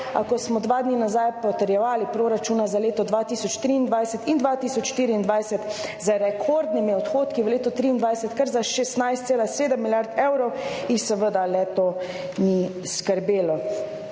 A ko smo dva dni nazaj potrjevali proračuna za leto 2023 in 2024 z rekordnimi odhodki, v letu 2023 kar za 16,7 milijard evrov, jih seveda le-to ni skrbelo.